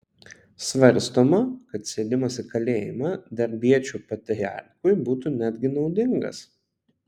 svarstoma kad sėdimas į kalėjimą darbiečių patriarchui būtų netgi naudingas